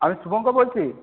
আমি শুভঙ্কর বলছি